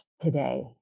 today